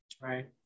right